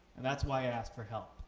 and that's why i asked for help.